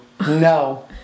no